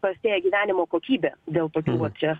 prastėja gyvenimo kokybė dėl tokių va čia